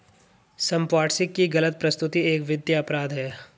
संपार्श्विक की गलत प्रस्तुति एक वित्तीय अपराध है